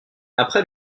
après